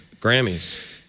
Grammys